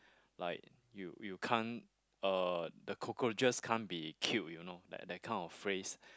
like you you can't uh the cockroaches can't be killed you know like that kind of phrase